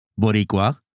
Boricua